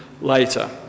later